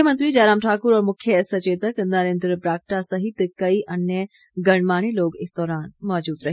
मुख्यमंत्री जयराम ठाकुर और मुख्य सचेतक नरेन्द्र बरागटा सहित कई अन्य गणमान्य लोग इस दौरान मौजूद रहे